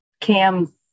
Cam's